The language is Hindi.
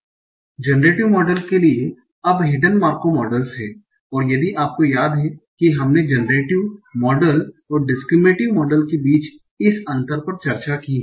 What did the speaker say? जनरेटिव मॉडल के लिए अब हिडन मार्कोव मॉडलस हैं और यदि आपको याद है कि हमने जनरेटिव मॉडल और डिस्कृमिनेटिव मॉडल के बीच इस अंतर पर चर्चा की है